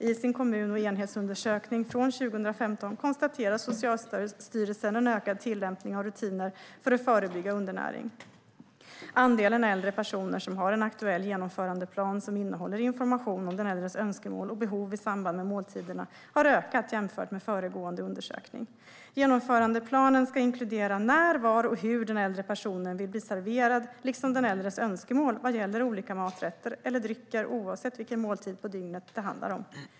I sin kommun och enhetsundersökning från 2015 konstaterar Socialstyrelsen en ökad tillämpning av rutiner för att förebygga undernäring. Andelen äldre personer som har en aktuell genomförandeplan som innehåller information om den äldres önskemål och behov i samband med måltiderna har ökat jämfört med föregående undersökning. Genomförandeplanen ska inkludera när, var och hur den äldre personen vill bli serverad, liksom den äldres önskemål vad gäller olika maträtter eller drycker, oavsett vilken måltid på dygnet det handlar om.